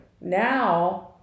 now